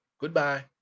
goodbye